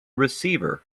receiver